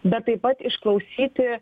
bet taip pat išklausyti